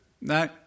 No